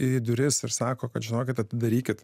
į duris ir sako kad žinokit kad darykit